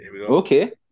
Okay